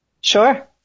Sure